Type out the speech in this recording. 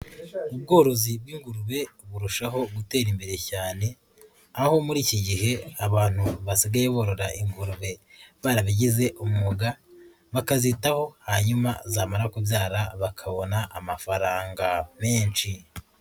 Ubworozi bw'ingurube burushaho gutera imbere cyane aho muri iki gihe abantu basigaye borora ingurube barabigize umwuga, bakazitaho hanyuma zamara kubyara bakabona amafaranga menshi.